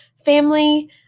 Family